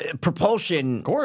propulsion